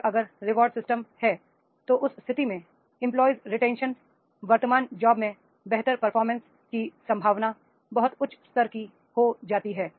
और अगर reward system है तो उस स्थिति में एम्पलाई रिटेंशन वर्तमान जॉब में बेहतर परफॉर्मेंस की संभावना बहुत उच्च स्तर हो जाती है